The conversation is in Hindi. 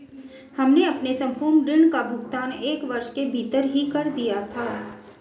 हमने अपने संपूर्ण ऋण का भुगतान एक वर्ष के भीतर ही कर दिया था